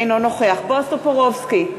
אינו נוכח בועז טופורובסקי,